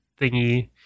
thingy